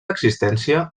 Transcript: existència